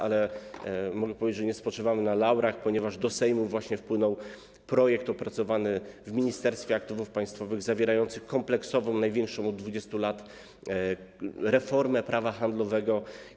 Ale mogę powiedzieć, że nie spoczywamy na laurach, ponieważ do Sejmu właśnie wpłynął projekt opracowany w Ministerstwie Aktywów Państwowych, zawierający kompleksową, największą od 20 lat reformę prawa handlowego.